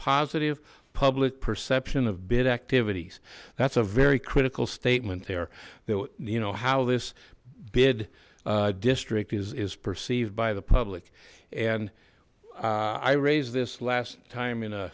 positive public perception of bid activities that's a very critical statement there that would you know how this bid district is is perceived by the public and i raised this last time in a